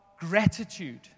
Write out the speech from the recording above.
gratitude